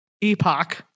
epoch